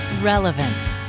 relevant